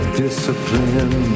discipline